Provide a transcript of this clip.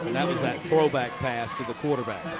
that was that throwback pass to the quarterback.